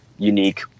unique